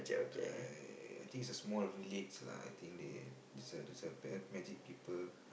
uh I think it's small village lah I think they it's a it's a black magic people